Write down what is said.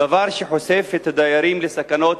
דבר שחושף את הדיירים לסכנות